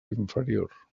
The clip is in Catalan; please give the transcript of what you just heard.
inferior